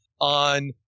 on